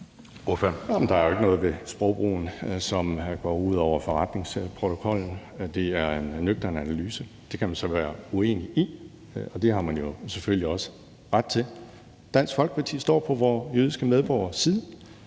Det er jo ikke noget ved sprogbrugen, som går ud over forretningsordenen. Det er en nøgtern analyse. Den kan man så være uenig i, og det har man jo selvfølgelig også ret til. Dansk Folkeparti står på vore jødiske medborgeres side.